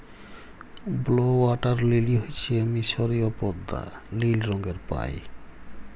blue water lily হচ্যে মিসরীয় পদ্দা লিল রঙের পায়